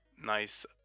nice